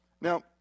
Now